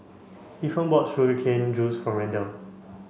Ethan bought sugar cane juice for Randal